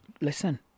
Listen